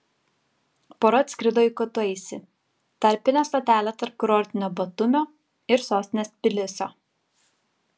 pora atskrido į kutaisį tarpinę stotelę tarp kurortinio batumio ir sostinės tbilisio